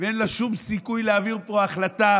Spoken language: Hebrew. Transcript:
ואין לה שום סיכוי להעביר פה החלטה.